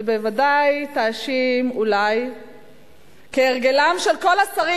ובוודאי תאשים, אולי כהרגלם בקודש של כל השרים,